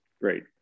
Great